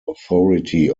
authority